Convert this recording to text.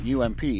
UMP